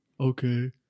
Okay